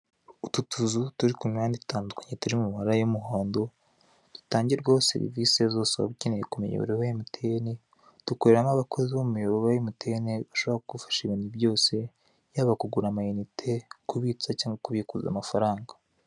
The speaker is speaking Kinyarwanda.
Utu tuzu turi ku mihanda itandukanye turi mu mabara y'umuhondo dutangirwaho serivise zose waba ukeneye ku muyoboro wa emutiyeni, dukoreramo abakozi bo mu muyoboro wa emutiyene bashobora kugufasha mu bintu byose, yaba kugura amayinte, kubitsa cyangwa kubikuza amafatanga.